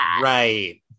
Right